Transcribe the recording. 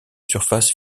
surface